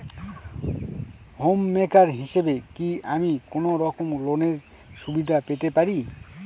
Home maker হিসেবে কি আমি কোনো রকম লোনের সুবিধা পেতে পারি?